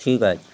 ঠিক আছে